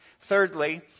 Thirdly